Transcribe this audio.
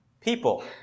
People